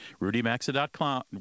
RudyMaxa.com